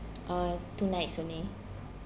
ah two nights only